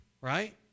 right